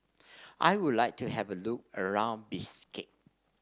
I would like to have a look around Bishkek